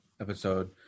episode